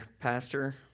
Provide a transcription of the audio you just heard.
pastor